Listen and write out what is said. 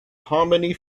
harmony